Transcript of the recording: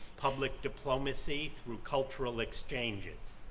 public diplomacy through cultural exchanges.